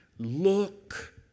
Look